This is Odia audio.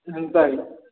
ଏନ୍ତା ଆଜ୍ଞା